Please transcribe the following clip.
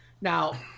Now